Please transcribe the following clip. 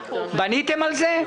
אנחנו --- בניתם על זה,